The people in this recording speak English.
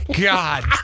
God